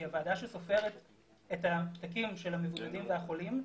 כי הוועדה שסופרת את הפתקים של המבודדים והחולים,